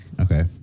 Okay